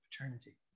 paternity